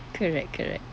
correct correct